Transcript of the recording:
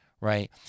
right